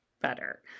better